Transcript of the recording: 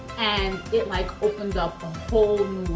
and it like opens up a whole